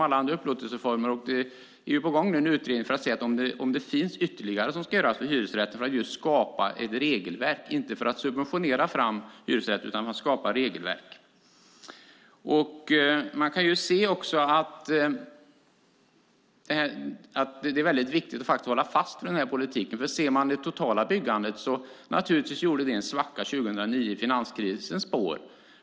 En utredning är nu på gång som ska ta reda på om det finns ytterligare som ska göras när det gäller hyresrätter för att just skapa ett regelverk, inte för att subventionera hyresrätter. Man kan också se att det är viktigt att hålla fast vid denna politik. Ser man på det totala byggandet var det naturligtvis en svacka 2009 i finanskrisens spår.